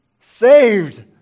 saved